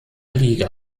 liege